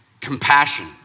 compassion